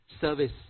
service